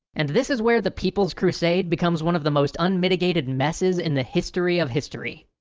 and this is where the people's crusade becomes one of the most unmitigated messes in the history of history.